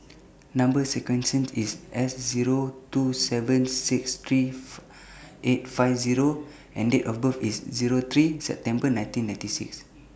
Number sequence sent IS S Zero two seven six three four eight five Zero and Date of birth IS Zero three September nineteen ninety six